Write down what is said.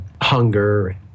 hunger